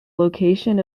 location